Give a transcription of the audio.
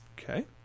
Okay